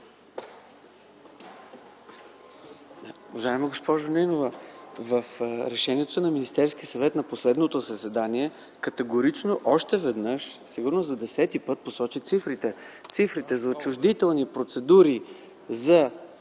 Уважаема госпожо Нинова, решението на Министерския съвет на последното заседание категорично още веднъж, сигурно за десети път посочи цифрите. Цифрите за отчуждителни процедури за